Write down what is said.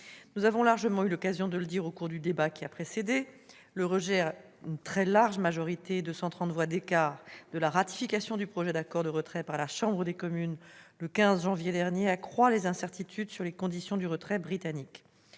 nous avons largement eu l'occasion de le dire au cours du débat qui a précédé : le rejet, à une très large majorité- 230 voix d'écart -, de la ratification du projet d'accord de retrait par la Chambre des communes, le 15 janvier dernier, accroît les incertitudes quant aux conditions du retrait britannique.